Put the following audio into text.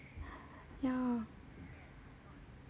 yeah